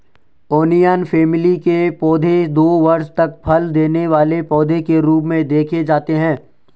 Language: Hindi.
ओनियन फैमिली के पौधे दो वर्ष तक फल देने वाले पौधे के रूप में देखे जाते हैं